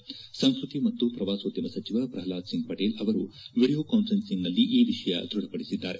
ಈ ಕುರಿತು ಸಂಸ್ಟತಿ ಮತ್ತು ಪ್ರವಾಸೋದ್ಯಮ ಸಚಿವ ಪ್ರಹ್ಲಾದ್ ಸಿಂಗ್ ಪಟೇಲ್ ಅವರು ವೀಡಿಯೊ ಕಾನ್ಫರೆನ್ಸಿಂಗ್ನಲ್ಲಿ ಈ ವಿಷಯ ದೃಢಪಡಿಸಿದ್ದಾರೆ